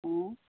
অঁ